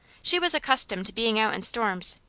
she was accustomed to being out in storms,